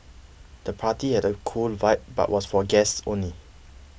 the party had a cool vibe but was for guests only